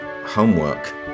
Homework